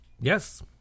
Yes